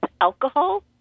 alcohol